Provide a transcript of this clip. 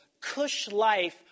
cush-life